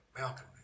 Malcolm